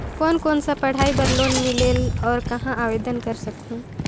कोन कोन सा पढ़ाई बर लोन मिलेल और कहाँ आवेदन कर सकहुं?